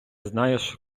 знаєш